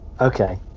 Okay